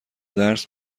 درس